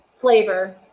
flavor